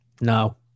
No